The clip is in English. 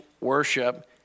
worship